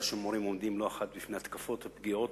שמורים עומדים לא אחת בהתקפות ופגיעות,